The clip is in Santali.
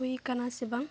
ᱦᱩᱭ ᱠᱟᱱᱟ ᱥᱮ ᱵᱟᱝ